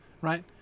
right